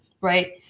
right